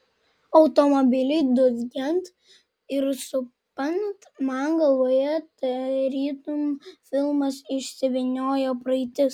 automobiliui dūzgiant ir supant man galvoje tarytum filmas išsivyniojo praeitis